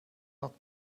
not